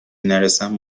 نرسم